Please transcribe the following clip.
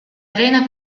arena